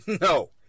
No